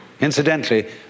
Incidentally